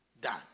done